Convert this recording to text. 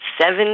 Seven